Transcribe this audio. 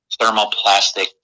thermoplastic